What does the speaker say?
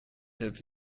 have